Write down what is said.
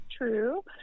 true